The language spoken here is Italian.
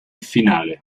finale